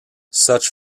such